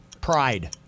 Pride